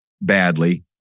badly